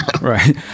Right